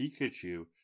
Pikachu